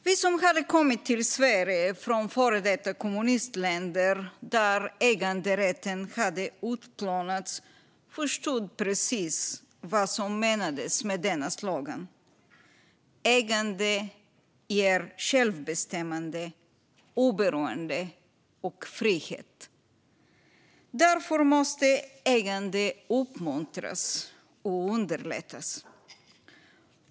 Vi som hade kommit till Sverige från före detta kommunistländer där äganderätten hade utplånats förstod precis vad som menades med denna slogan: Ägande ger självbestämmande, oberoende och frihet. Därför måste ägande uppmuntras och underlättas.